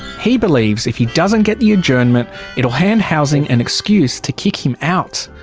he believes if he doesn't get the adjournment it will hand housing an excuse to kick him out.